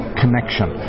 connection